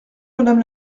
madame